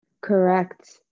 correct